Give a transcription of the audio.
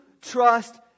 trust